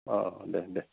दे दे